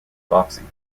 boxing